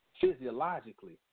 physiologically